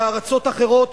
בארצות אחרות,